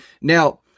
Now